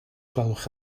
gwelwch